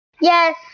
Yes